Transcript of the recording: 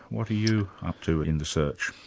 what are you up to in the search?